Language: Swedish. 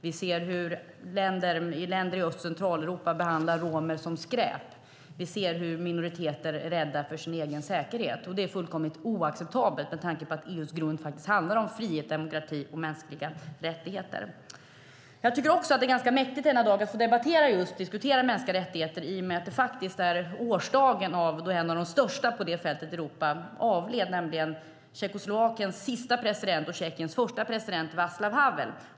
Vi ser hur länder i Öst och Centraleuropa behandlar romer som skräp. Vi ser hur minoriteter är rädda för sin egen säkerhet. Det är fullkomligt oacceptabelt med tanke på att EU:s grund handlar om frihet, demokrati och mänskliga rättigheter. Jag tycker att det är ganska mäktigt att denna dag diskutera mänskliga rättigheter i och med att det är faktiskt är årsdagen av då en av de största på det här fältet i Europa avled, nämligen Tjeckoslovakiens sista president och Tjeckiens första president Václav Havel.